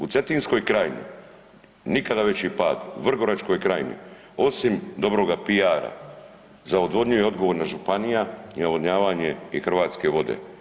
U Cetinskoj krajini, nikada veći pad, u Vrgoračkoj krajini, osim dobroga PR-a za odvodnju je odgovorna županija i navodnjavanje i Hrvatske vode.